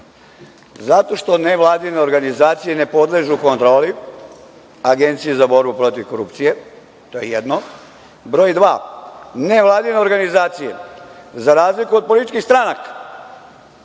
Zato što nevladine organizacije ne podležu kontroli Agenciji za borbu protiv korupcije. To je jedno. Broj dva. Nevladine organizacije za razliku od političkih stranaka